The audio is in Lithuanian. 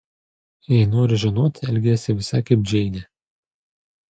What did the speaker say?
jei nori žinot elgiesi visai kaip džeinė